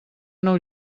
nou